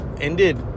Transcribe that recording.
ended